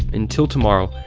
until tomorrow,